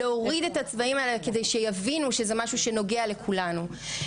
להוריד את הצבעים האלה כדי שיבינו שזה משהו שנוגע לכולנו.